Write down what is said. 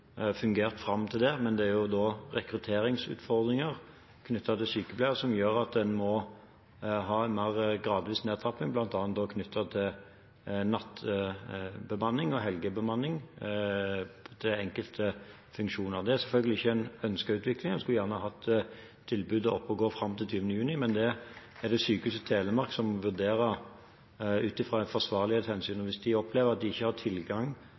fungert fram til det, men det er rekrutteringsutfordringer knyttet til sykepleiere som gjør at en må ha en mer gradvis nedtrapping, bl.a. når det gjelder natt- og helgebemanning til enkelte funksjoner. Det er selvfølgelig ikke en ønsket utvikling, vi skulle gjerne hatt tilbudet oppe og gått fram til 20. juni, men det er det Sykehuset Telemark som vurderer ut fra et forsvarlighetshensyn. Hvis de opplever at de ikke har tilgang